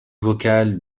vocal